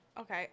Okay